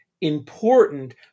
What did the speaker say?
important